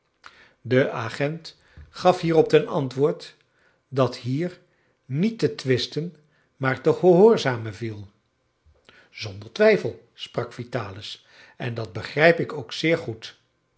de agent gaf hierop ten antwoord dat hier niet te twisten maar te gehoorzamen viel zonder twijfel sprak vitalis en dat begrijp ik ook zeer goed